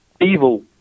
evil